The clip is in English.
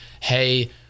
hey